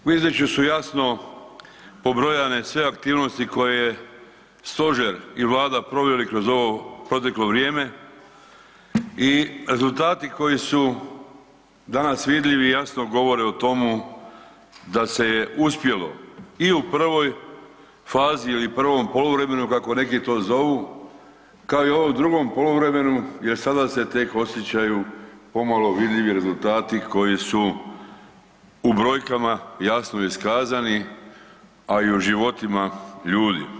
U izvješću su jasno pobrojane sve aktivnosti koje stožer i Vlada proveli kroz ovo proteklo vrijeme i rezultati koji su danas vidljivi jasno govore o tomu da se je uspjelo i u prvoj fazi ili u prvom poluvremenu kako neki to zovu kao i u ovom drugom poluvremenu jer sada se tek osjećaju pomalo vidljivi rezultati koji su u brojkama jasno iskazani, a i u životima ljudi.